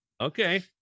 okay